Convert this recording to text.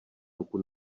ruku